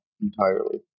entirely